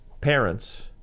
parents